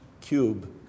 cube